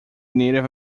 native